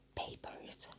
papers